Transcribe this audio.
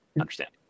understand